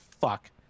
Fuck